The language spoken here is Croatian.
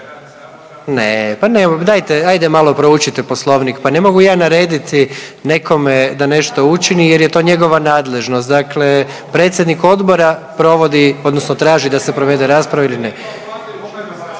nemoj, dajte, ajde malo proučite poslovnik, pa ne mogu ja narediti nekome da nešto učini jer je to njegova nadležnost, dakle predsjednik odbora provodi odnosno traži da se provede rasprava ili ne.